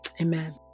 Amen